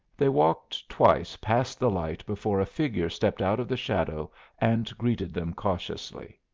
they walked twice past the light before a figure stepped out of the shadow and greeted them cautiously.